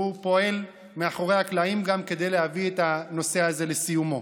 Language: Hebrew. והוא פועל גם מאחורי הקלעים כדי להביא את הנושא הזה לסיומו.